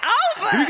over